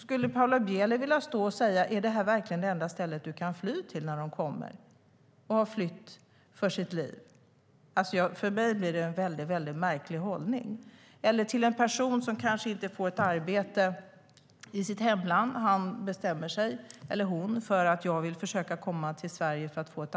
Skulle Paula Bieler vilja stå och säga till dem när de kommer hit och har flytt för sitt liv: Är det här verkligen det enda stället du kan fly till? För mig känns det som en mycket märklig hållning. Eller kan hon säga det till en person som kanske inte får ett arbete i sitt hemland och bestämmer sig för att försöka komma till Sverige och få ett arbete?